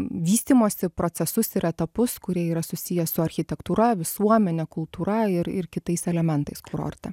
vystymosi procesus ir etapus kurie yra susiję su architektūra visuomene kultūra ir ir kitais elementais kurorte